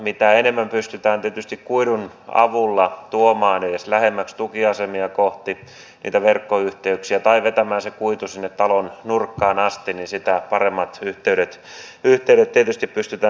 mitä enemmän pystytään kuidun avulla tuomaan niitä verkkoyhteyksiä edes lähemmäksi tukiasemia kohti tai vetämään se kuitu sinne talon nurkkaan asti sitä paremmat yhteydet tietysti pystytään saamaan